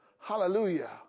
Hallelujah